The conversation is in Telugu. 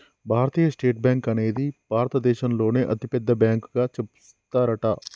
భారతీయ స్టేట్ బ్యాంక్ అనేది భారత దేశంలోనే అతి పెద్ద బ్యాంకు గా చెబుతారట